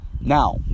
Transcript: now